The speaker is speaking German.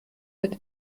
wird